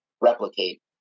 replicate